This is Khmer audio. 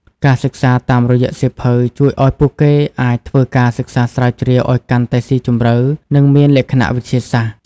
ការសិក្សាតាមរយៈសៀវភៅជួយឲ្យពួកគេអាចធ្វើការ សិក្សាស្រាវជ្រាវឲ្យកាន់តែស៊ីជម្រៅ និងមានលក្ខណៈវិទ្យាសាស្ត្រ។